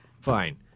Fine